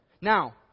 Now